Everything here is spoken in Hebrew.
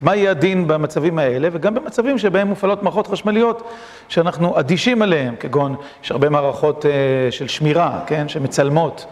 מה יהיה הדין במצבים האלה, וגם במצבים שבהם מופעלות מערכות חשמליות שאנחנו אדישים אליהן, כגון, יש הרבה מערכות של שמירה, כן, שמצלמות.